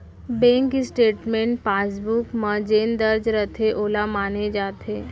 bank statement passbook म जेन दर्ज रथे वोला माने जाथे